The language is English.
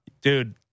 Dude